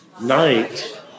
night